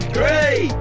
Three